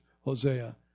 Hosea